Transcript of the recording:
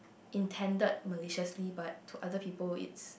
intended maliciously but to other people it's